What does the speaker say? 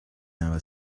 never